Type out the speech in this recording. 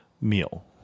meal